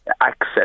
access